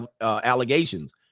allegations